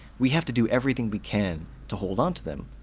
we have to do everything we can to hold onto them,